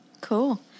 Cool